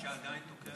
שעדיין תוקע את זה?